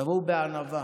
תבואו בענווה,